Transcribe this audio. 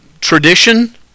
tradition